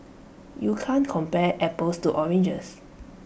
you can't compare apples to oranges